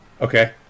Okay